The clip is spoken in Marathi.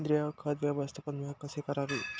सेंद्रिय खत व्यवस्थापन कसे करावे?